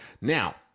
Now